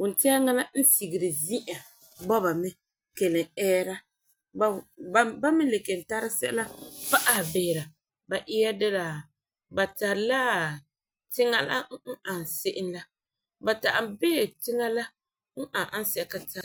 wuntɛɛŋa la n sigeri zi'an bɔba mɛ kelum ɛɛra. Ba ni le kelum tara sɛla pa'ahɛ bisera ba ɛɛ de la ba tari la tiŋa la n ani se'em la, ba ta'am behɛ tiŋa la n ani ansɛka taaba.